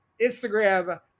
instagram